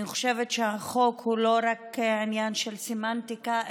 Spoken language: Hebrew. אני חושבת שהחוק הוא לא רק עניין של סמנטיקה,